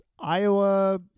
Iowa